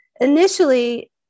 Initially